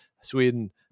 sweden